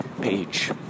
page